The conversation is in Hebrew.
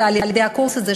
ועל-ידי הקורס הזה,